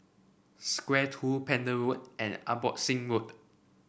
Square Two Pender Road and Abbotsingh Road